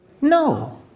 No